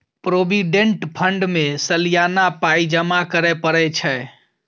provident fund मे सलियाना पाइ जमा करय परय छै